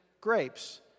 grapes